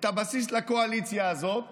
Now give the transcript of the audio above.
את הבסיס, לקואליציה הזאת